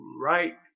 right